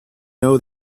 know